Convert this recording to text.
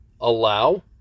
allow